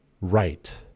right